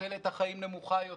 תוחלת החיים נמוכה יותר.